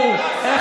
של הגועליציה.